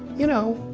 you know,